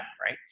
right